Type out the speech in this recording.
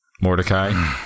Mordecai